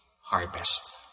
harvest